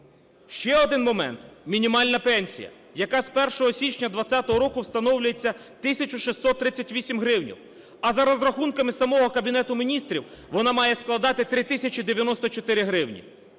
Ще один момент, мінімальна пенсія, яка з 1 січня 20-го року встановлюється 1 тисяча 638 гривень. А за розрахунками самого Кабінету Міністрів вона має складати 3 тисячі 94 гривні.